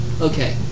Okay